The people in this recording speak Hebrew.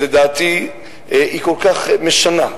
שלדעתי היא כל כך משנה,